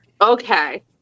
okay